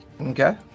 Okay